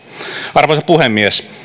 arvoisa puhemies